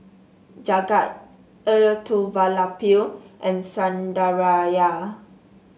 Jagat Elattuvalapil and Sundaraiah